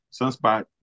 Sunspot